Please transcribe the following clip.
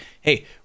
hey